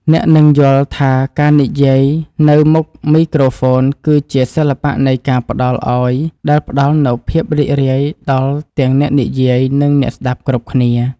អ្នកនឹងយល់ថាការនិយាយនៅមុខមីក្រូហ្វូនគឺជាសិល្បៈនៃការផ្តល់ឱ្យដែលផ្តល់នូវភាពរីករាយដល់ទាំងអ្នកនិយាយ និងអ្នកស្តាប់គ្រប់គ្នា។